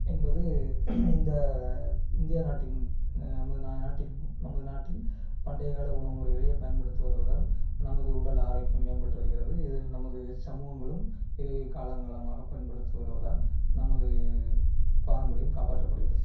என்பது இந்த இந்தியா நாட்டின் நமது நாட்டில் நமது நாட்டில் பண்டையக்கால உணவு முறைகளை பயன்படுத்து வருவதால் நமது உடல் ஆரோக்கியம் மேம்பட்டு வருகிறது இதில் நமது சமூகங்களும் இதை காலங்காலமாக பயன்படுத்தி வருவதால் நமது பாரம்பரியம் காப்பாற்றப்படுகிறது